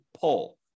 pull